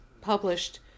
published